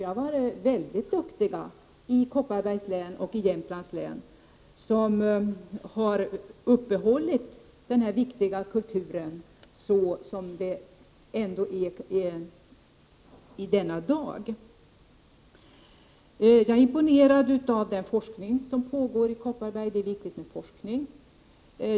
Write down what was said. Vi har varit mycket duktiga i Kopparbergs län och i Jämtlands län som har uppehållit den här viktiga kulturen såsom den är i denna dag. Jag är imponerad av den forskning som pågår i Kopparberg. Det är viktigt med forskning.